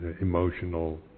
emotional